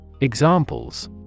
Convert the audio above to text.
Examples